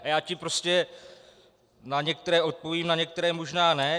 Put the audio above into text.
A já ti prostě na některé odpovím, na některé možná ne.